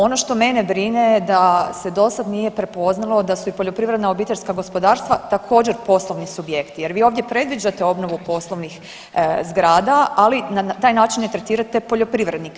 Ono što mene brine je da se dosad nije prepoznalo da su i poljoprivredna obiteljska gospodarstva također, poslovni subjekti jer vi ovdje predviđate obnovu poslovnih zgrada, ali na taj način ne tretirate poljoprivrednike.